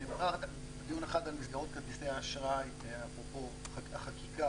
דיון אחד על מסגרות כרטיסי האשראי, אפרופו החקיקה.